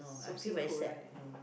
so 辛苦 right